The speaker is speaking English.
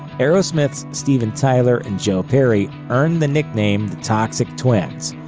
aerosmith's steven tyler and joe perry earned the nickname the toxic twins.